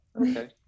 Okay